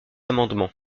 amendement